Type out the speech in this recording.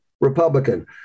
republican